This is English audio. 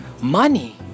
money